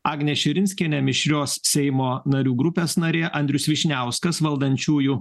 agnė širinskienė mišrios seimo narių grupės narė andrius vyšniauskas valdančiųjų